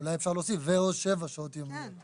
אולי אפשר להוסיף "ו/או 7 שעות יומיות",